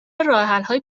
راهحلهای